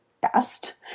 best